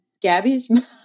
Gabby's